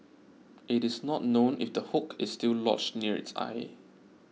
it is not known if the hook is still lodged near its eye